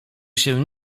się